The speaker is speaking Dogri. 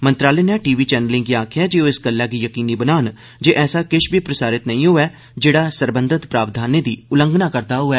मंत्रालय नै टीवी चैनलें गी आखेआ ऐ जे ओह् इस गल्लै गी यकीनी बनान जे ऐसा किश बी प्रसारित नेईं होऐ जेहड़ा सरबंधत प्रावधानें दी उल्लंघना करदा होऐ